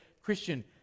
Christian